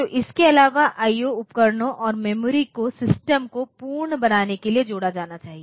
तो इसके अलावा आईओ उपकरणों और मेमोरी को सिस्टम को पूर्ण बनाने के लिए जोड़ा जाना चाहिए